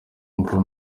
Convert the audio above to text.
umukono